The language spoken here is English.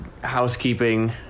housekeeping